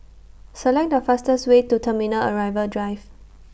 Select The fastest Way to Terminal Arrival Drive